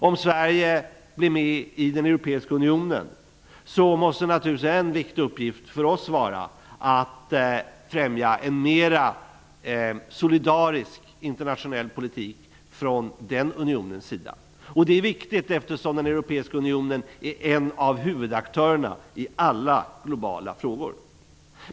Om Sverige kommer med i den europeiska unionen måste en viktig uppgift för Sverige vara att främja en mer solidarisk internationell politik från den unionens sida. Det är viktigt eftersom den europeiska unionen är en av huvudaktörerna i alla globala frågor.